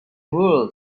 world